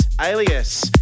alias